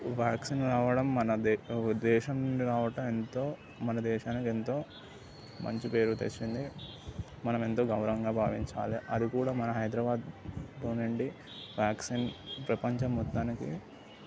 vaccine రావడం మన ఉద్ ఉద్దేశం రావటం ఎంతో మన దేశానికి ఎంతో మంచి పేరు తెచ్చింది మనమెంతో గౌరవంగా భావించాలి అది కూడా మన హైదరాబాదుతో వ్యాక్సిన్ ప్రపంచం మొత్తానికి